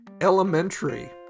elementary